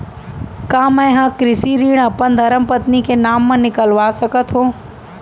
का मैं ह कृषि ऋण अपन धर्मपत्नी के नाम मा निकलवा सकथो?